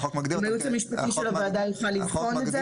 אם הייעוץ המשפטי של הוועדה יוכל לבחון את זה.